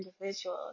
individual